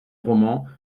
romans